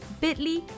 bit.ly